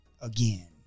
again